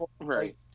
right